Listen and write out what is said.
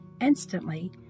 Instantly